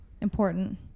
important